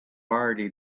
already